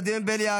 ולדימיר בליאק,